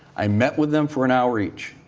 i met with him for an hour each,